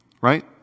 right